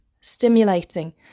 stimulating